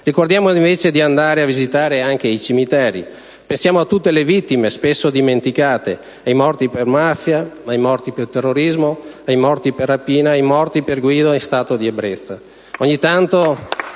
Ricordiamoci invece di andare a visitare anche i cimiteri. Pensiamo a tutte le vittime spesso dimenticate, ai morti per mafia, per terrorismo, per rapina, ai morti per guida in stato di ebbrezza.